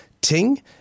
Ting